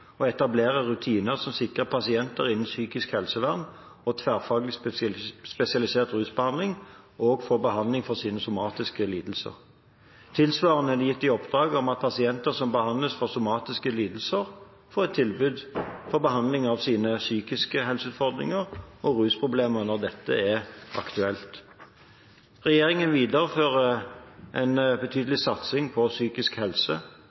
etablere rutiner som sikrer pasienter innen psykisk helsevern og tverrfaglig spesialisert rusbehandling å få behandling for sine somatiske lidelser. Tilsvarende er de gitt i oppdrag å sørge for at pasienter som behandles for somatiske lidelser, får et tilbud om behandling av sine psykiske helseutfordringer og rusproblemer når dette er aktuelt. Regjeringen viderefører en betydelig satsing på psykisk helse.